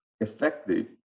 effective